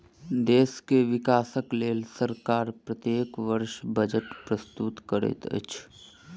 देश के विकासक लेल सरकार प्रत्येक वर्ष बजट प्रस्तुत करैत अछि